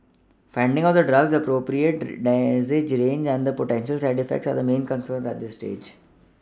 finding out the drug's appropriate dosage range and potential side effects are main concerns at this stage